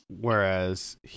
whereas